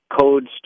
codes